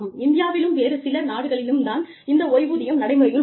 இந்தியாவிலும் வேறு சில நாடுகளிலும் இந்த ஓய்வூதியம் நடைமுறையில் உள்ளது